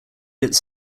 its